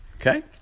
Okay